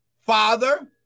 Father